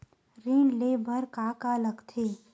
ऋण ले बर का का लगथे?